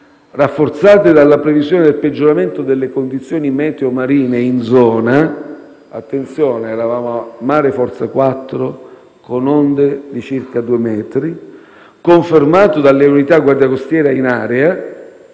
rafforzate dalla previsione del peggioramento delle condizioni meteo marine in zona - attenzione, c'era mare forza 4, con onde di circa 2 metri, confermato dalle unità di Guardia Costiera in area